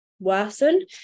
worsen